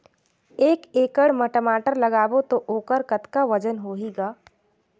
एक एकड़ म टमाटर लगाबो तो ओकर कतका वजन होही ग?